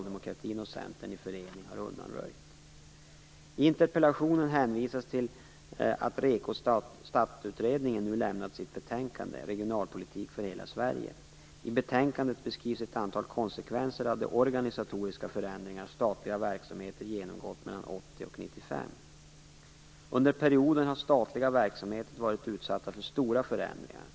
Det är ett hot som Socialdemokraterna och Under perioden har statliga verksamheter varit utsatta för stora förändringar.